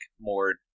more